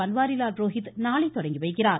பன்வாரிலால் புரோஹித் நாளை தொடங்கி வைக்கிறார்